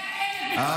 100,000, 100,000, דודי.